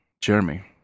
Jeremy